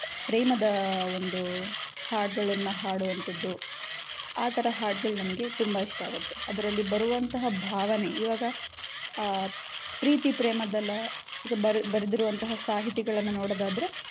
ಪ್ರೇಮದ ಒಂದು ಹಾಡುಗಳನ್ನ ಹಾಡುವಂಥದ್ದು ಆ ಥರ ಹಾಡುಗಳ್ ನನಗೆ ತುಂಬ ಇಷ್ಟ ಆಗುತ್ತೆ ಅದರಲ್ಲಿ ಬರುವಂತಹ ಭಾವನೆ ಇವಾಗ ಪ್ರೀತಿ ಪ್ರೇಮದ್ದಲ್ಲ ಬರೆ ಬರೆದಿರುವಂತಹ ಸಾಹಿತಿಗಳನ್ನು ನೋಡೋದಾದರೆ